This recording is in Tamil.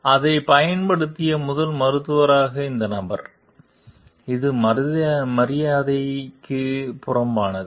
எனவே அதைப் பயன்படுத்திய முதல் மருத்துவராக இருந்த நபர் இது மரியாதைக்கு புறம்பானது